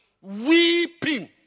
Weeping